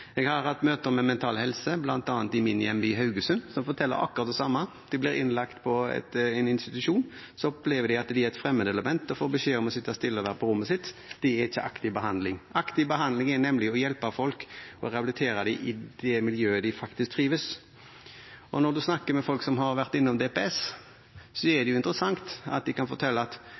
jeg hører. Jeg har hatt møter med Mental Helse, bl.a. i min hjemby, Haugesund, og de forteller akkurat det samme: De blir innlagt på en institusjon. Så opplever de at de er et fremmedelement og får beskjed om å sitte stille og være på rommet sitt. Det er ikke aktiv behandling. Aktiv behandling er å hjelpe folk og rehabilitere dem i det miljøet de faktisk trives i. Når en snakker med folk som har vært innom et DPS, er det interessant at de kan fortelle at